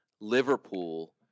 Liverpool